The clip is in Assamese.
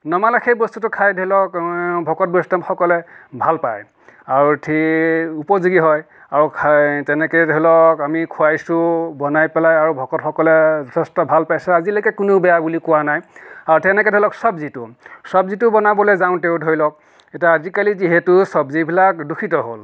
নমালে সেই বস্তুটো খায় ধৰি লওক ভকত বৈষ্ণৱসকলে ভাল পায় আৰু ঠিক উপযোগী হয় আৰু খাই তেনেকৈয়ে ধৰি লওক আমি খুৱাইছোঁ বনাই পেলাই আৰু ভকতসকলে যথেষ্ট ভাল পাইছে আজিলৈকে কোনেও বেয়া বুলি কোৱা নাই তেনেকৈ ধৰি লওক চব্জিটো চব্জিটো বনাবলৈ যাওঁতেও ধৰি লওক এতিয়া আজিকালি যিহেটো চব্জিবিলাক দূষিত হ'ল